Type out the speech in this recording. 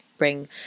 bring